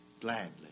Gladly